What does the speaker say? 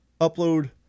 upload